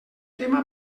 tema